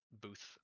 booth